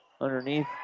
underneath